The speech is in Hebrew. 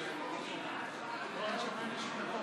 המדינה (תיקון